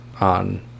on